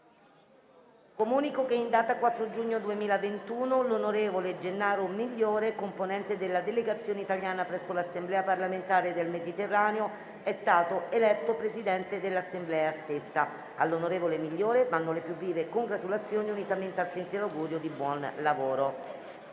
Comunico che, in data 4 giugno 2021, l'onorevole Gennaro Migliore, componente della delegazione italiana presso l'Assemblea parlamentare del Mediterraneo, è stato eletto Presidente dell'Assemblea stessa. All'onorevole Migliore vanno le più vive congratulazioni, unitamente al sentito augurio di buon lavoro.